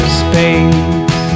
space